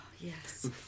Yes